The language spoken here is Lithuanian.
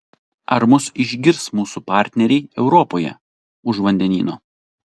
ar mus išgirs mūsų partneriai europoje už vandenyno